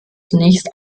zunächst